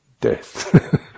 death